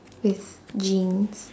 with jeans